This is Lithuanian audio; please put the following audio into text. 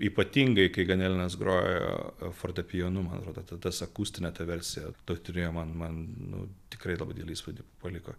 ypatingai kai ganelinas grojo fortepijonu man atrodo tai tas akustinę versiją turėjo man man tikrai labai didelį įspūdį paliko